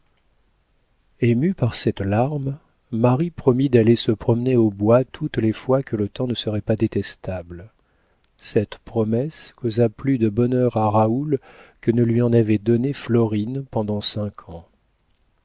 émue par cette larme marie promit d'aller se promener au bois toutes les fois que le temps ne serait pas détestable cette promesse causa plus de bonheur à raoul que ne lui en avait donné florine pendant cinq ans